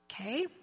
Okay